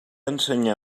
ensenyà